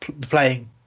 playing